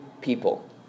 people